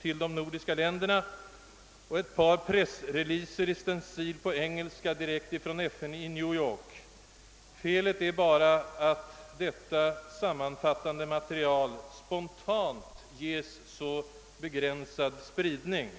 till de nordiska länderna och ett par stencilerade pressreleaser på engelska direkt från FN i New York. Felet är bara att detta sammanfattande material spontant ges så begränsad spridning.